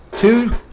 two